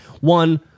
One-